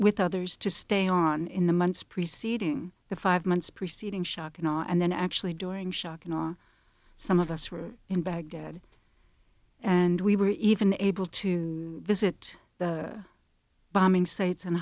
with others to stay on in the months preceding the five months preceding shock and awe and then actually during shock and awe some of us were in baghdad and we were even able to visit the bombing sites and